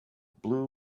blue